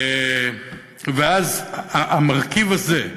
ואז המרכיב הזה,